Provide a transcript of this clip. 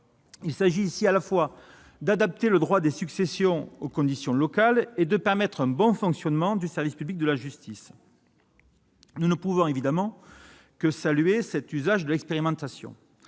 Il s'agit ici à la fois d'adapter le droit des successions aux conditions locales et de permettre un bon fonctionnement du service public de la justice. Nous ne pouvons évidemment que saluer cet usage de l'expérimentation.